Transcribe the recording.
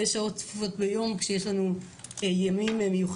אין אמצעים ואין נהלי ביטחון שקיימים בקניונים בפתח